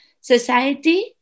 society